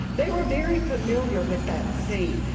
they were very familiar with that scene.